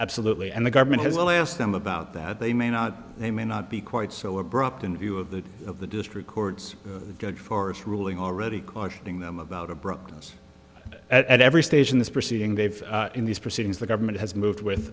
absolutely and the government has all asked them about that they may not they may not be quite so abrupt in view of the of the district courts judge for its ruling already cautioning them about abruptness at every stage in this proceeding they've in these proceedings the government has moved with